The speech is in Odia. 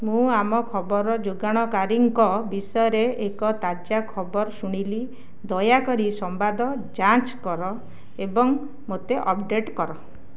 ମୁଁ ଆମ ଖବର ଯୋଗାଣକାରୀଙ୍କ ବିଷୟରେ ଏକ ତାଜା ଖବର ଶୁଣିଲି ଦୟାକରି ସମ୍ବାଦ ଯାଞ୍ଚ କର ଏବଂ ମୋତେ ଅପ୍ଡ଼େଟ୍ କର